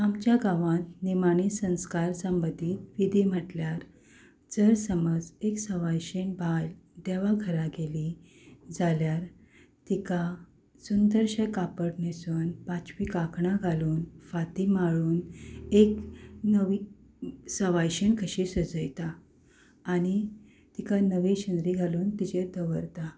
आमच्या गावांत निमाणे संस्कार संबंदीत विधी म्हणल्यार जर समज एक सवायशीण बायल देवा घरा गेली जाल्यार तिका सुंदरशें कापड न्हेसोवन पांचवी काकणां घालून फाती माळून एक नवी सवायशीण कशी सजयता आनी तिका नवी शेंद्री घालून तिचेर दवरता